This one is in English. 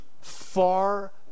far